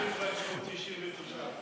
זו הסנונית הראשונה.